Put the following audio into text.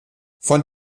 von